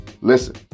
Listen